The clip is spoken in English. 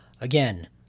Again